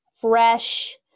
fresh